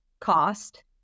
cost